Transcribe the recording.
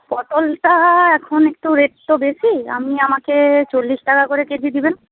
পটলটা এখন একটু রেট তো বেশি আমি আমাকে চল্লিশ টাকা করে কেজি দেবেন